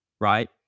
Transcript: right